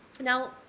Now